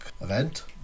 event